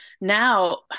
now